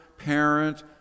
parent